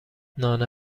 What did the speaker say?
نان